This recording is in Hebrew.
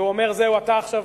זה אומר, זהו, אתה עכשיו